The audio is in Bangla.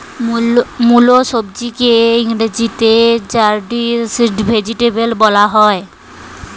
মুলো সবজিকে ইংরেজিতে র্যাডিশ ভেজিটেবল বলা হয়